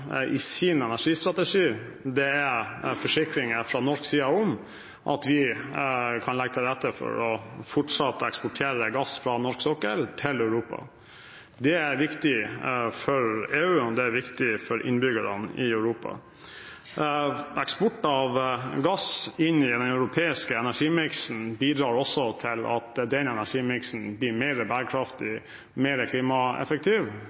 i sin energistrategi, er forsikringer fra norsk side om at vi kan legge til rette for fortsatt å eksportere gass fra norsk sokkel til Europa. Det er viktig for EU, og det er viktig for innbyggerne i Europa. Eksport av gass inn i den europeiske energimiksen bidrar også til at den energimiksen blir mer bærekraftig, mer klimaeffektiv,